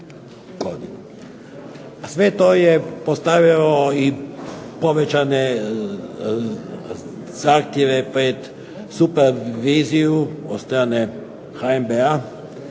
Sve to je postavljao i povećane zahtjeve pred supraviziju od strane HNB-a